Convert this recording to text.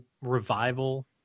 revival